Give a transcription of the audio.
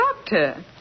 Doctor